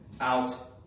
out